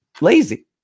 lazy